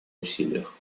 усилиях